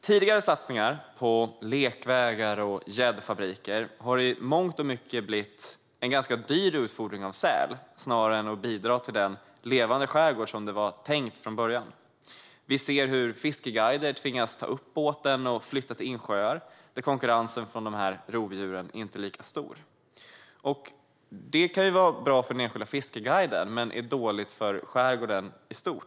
Tidigare satsningar på lekvägar och gäddfabriker har i mångt och mycket blivit en ganska dyr utfodring av säl snarare än ett bidrag till en levande skärgård, vilket var tanken från början. Vi ser hur fiskeguider tvingas ta upp båten och flytta till insjöar där konkurrensen från de här rovdjuren inte är lika stor. Det kan vara bra för den enskilda fiskeguiden, men det är dåligt för skärgården i stort.